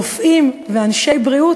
רופאים ואנשי בריאות,